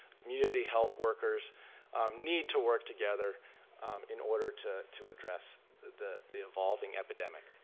community health workers need to work together in order to to address the the evolving epidemic.